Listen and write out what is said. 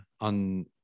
on –